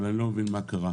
אבל אני לא מבין מה קרה.